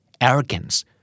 Arrogance